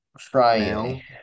Friday